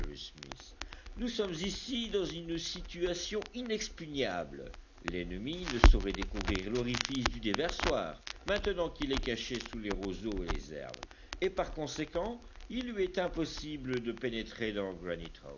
nous sommes ici dans une situation inexpugnable l'ennemi ne saurait découvrir l'orifice du déversoir maintenant qu'il est caché sous les roseaux et les herbes et par conséquent il lui est impossible de pénétrer dans